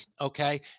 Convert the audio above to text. okay